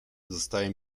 zostaje